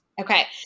Okay